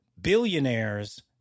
billionaires